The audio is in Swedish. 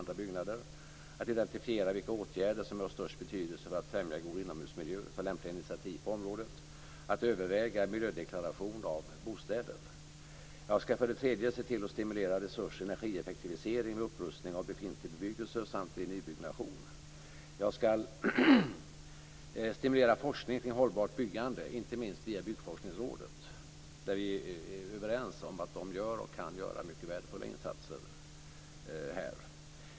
Det gäller att identifiera vilka åtgärder som är av störst betydelse för att främja god inomhusmiljö och ta lämpliga initiativ på området. Det gäller att överväga en gröndeklaration av bostäder. Jag skall stimulera resurser för energieffektivisering med upprustning av befintlig bebyggelse och samtlig nybyggnation. Jag skall stimulera forskning om hållbart byggande, inte minst via Byggforskningsrådet. Där är vi överens om att de gör och kan göra mycket värdefulla insatser.